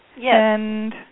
Yes